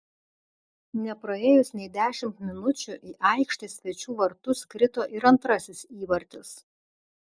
nepraėjus nei dešimt minučių į aikštės svečių vartus krito ir antrasis įvartis